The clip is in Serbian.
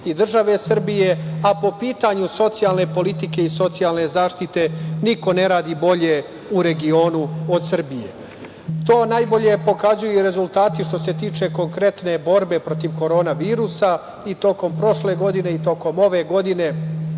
i države Srbije, a po pitanju socijalne politike i socijalne zaštite niko ne radi bolje u regionu od Srbije. To najbolje pokazuju rezultati što se tiče konkretne borbe protiv korona virusa. Tokom prošle i tokom ove godine